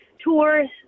tours